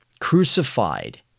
crucified